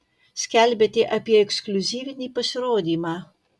skelbiate apie ekskliuzyvinį pasirodymą